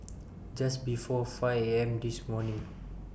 Just before five A M This morning